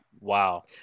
Wow